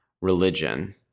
religion